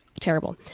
Terrible